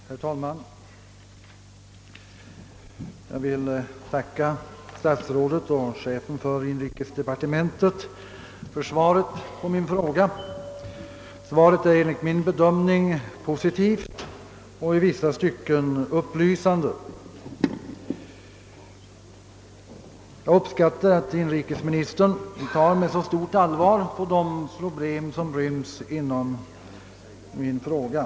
Herr talman! Jag vill tacka statsrådet och chefen för inrikesdepartementet för svaret på min fråga. Svaret är enligt min bedömning positivt och i vissa stycken upplysande. Jag uppskattar att inrikesministern tar med så stort allvar på de problem som rymmes inom min fråga.